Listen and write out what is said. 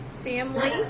Family